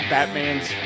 Batman's